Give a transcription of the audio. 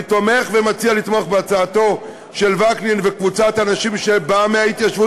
אני תומך ומציע לתמוך בהצעה של וקנין וקבוצת האנשים שבאה מההתיישבות,